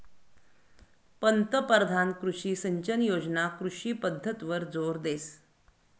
पंतपरधान कृषी सिंचन योजना कृषी पद्धतवर जोर देस